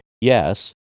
Yes